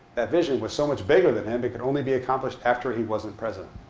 that vision was so much bigger than him, it could only be accomplished after he wasn't president.